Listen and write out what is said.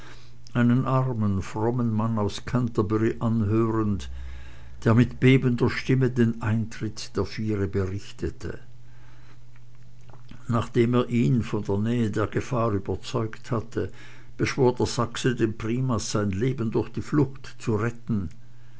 einen armen frommen mann aus canterbury anhörend der mit bebender stimme den eintritt der viere berichtete nachdem er ihn von der nähe der gefahr überzeugt hatte beschwor der sachse den primas sein leben durch die flucht zu retten